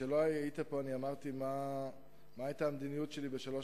כשלא היית פה אמרתי מה היתה המדיניות שלי בשלוש